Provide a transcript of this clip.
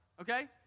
okay